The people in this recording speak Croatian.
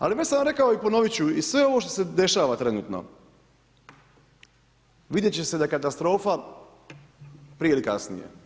Ali već sam vam rekao i ponovit ću i sve ovo što se dešava trenutno, vidjet će se ta katastrofa prije ili kasnije.